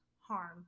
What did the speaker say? harm